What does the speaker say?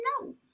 No